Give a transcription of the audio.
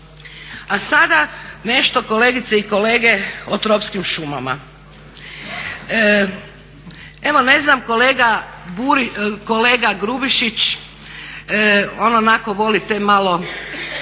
A sada nešto kolegice i kolege o tropskim šumama. Evo, ne znam kolega Grubišić on onako voli te malo